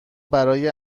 برای